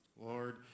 Lord